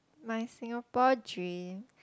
my Singapore dream